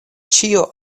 ĉio